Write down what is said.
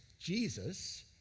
Jesus